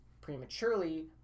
prematurely